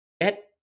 get